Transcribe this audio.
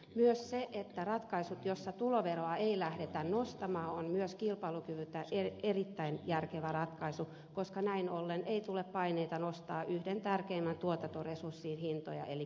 myös se että tuloveroa ei lähdetä nostamaan on kilpailukyvyn kannalta erittäin järkevä ratkaisu koska näin ollen ei tule paineita nostaa yhden tärkeimmän tuotantoresurssin hintoja eli palkkoja